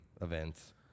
events